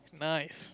nice